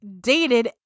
dated